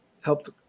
helped